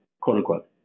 quote-unquote